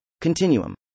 Continuum